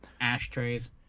Ashtrays